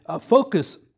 focus